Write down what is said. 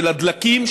של הדלקים,